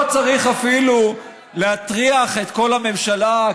לא צריך אפילו להטריח את כל הממשלה,